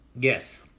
Yes